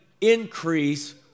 increase